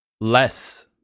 less